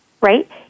Right